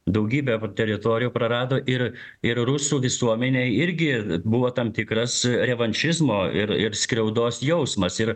daugybę teritorijų prarado ir ir rusų visuomenėj irgi buvo tam tikras revanšizmo ir ir skriaudos jausmas ir